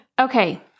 Okay